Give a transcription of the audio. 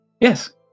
Yes